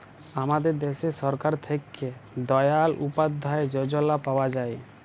আমাদের দ্যাশে সরকার থ্যাকে দয়াল উপাদ্ধায় যজলা পাওয়া যায়